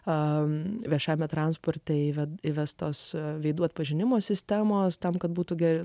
a viešajame transporte įvedė įvestos veidų atpažinimo sistemos tam kad būtų geriau